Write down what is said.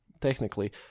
Technically